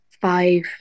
five